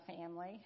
family